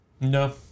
No